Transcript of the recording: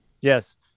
yes